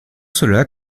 cela